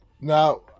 Now